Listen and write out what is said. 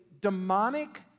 demonic